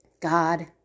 God